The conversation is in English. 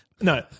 No